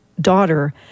daughter